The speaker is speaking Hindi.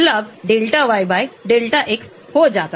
लिपोफिलिसिटी घुलनशीलता यह लिपोफिलिक कैसे है log p